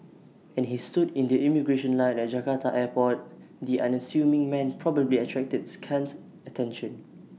and he stood in the immigration line at Jakarta airport the unassuming man probably attracted scant attention